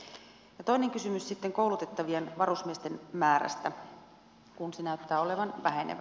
ja toinen kysymys sitten koulutettavien varusmiesten määrästä kun se näyttää olevan vähenevä